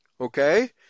okay